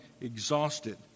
exhausted